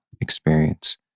experience